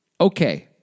Okay